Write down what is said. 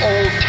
Old